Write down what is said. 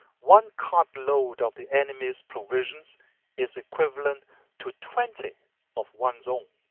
one cartload of the enemy's provisions is equivalent to twenty of one's own,